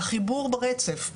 החיבור ברצף,